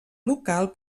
local